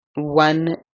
one